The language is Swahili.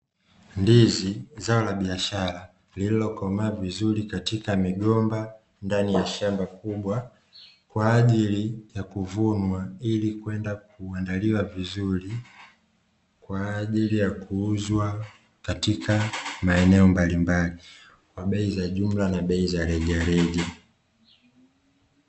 Ndizi zao la biashara lililokomaa vizuri katika migomba ndani ya shamba kubwa kwa ajili ya kuvunwa, ili kwenda kuandaliwa vizuri ,kwa ajili ya kuuzwa katika maeneo mbalimbali kwa bei za jumla na bei za rejareja.